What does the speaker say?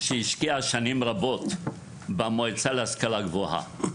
שהשקיעה שנים רבות במועצה להשכלה גבוהה,